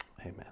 Amen